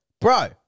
Bro